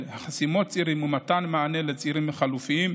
חסימות צירים ומתן מענה לצירים חלופיים,